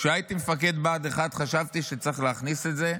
כשהייתי מפקד בה"ד 1 חשבתי שצריך להכניס את זה,